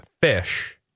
fish